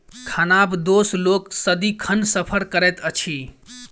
खानाबदोश लोक सदिखन सफर करैत अछि